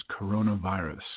coronavirus